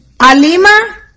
Alima